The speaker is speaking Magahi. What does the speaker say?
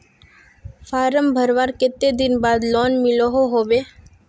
फारम भरवार कते दिन बाद लोन मिलोहो होबे?